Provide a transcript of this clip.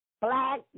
black